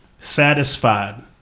satisfied